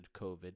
COVID